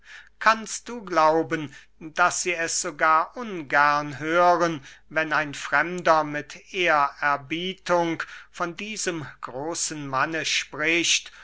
kannst du glauben daß sie es sogar ungern hören wenn ein fremder mit ehrerbietung von diesem großen manne spricht